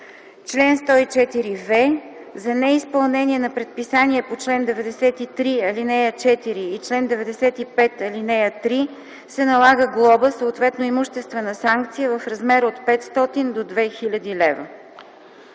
Чл. 104в. За неизпълнение на предписание по чл. 93, ал. 4, и чл. 95, ал. 3, се налага глоба, съответно имуществена санкция в размер от 500 до 2000 лв.”